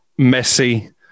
Messi